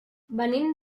venim